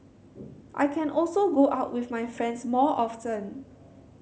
I can also go out with my friends more often